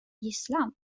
gisslan